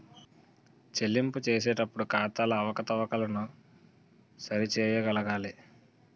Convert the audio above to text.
చెల్లింపులు చేసేటప్పుడు ఖాతాల అవకతవకలను సరి చేయగలగాలి